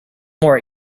more